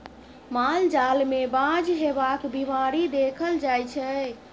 माल जाल मे बाँझ हेबाक बीमारी देखल जाइ छै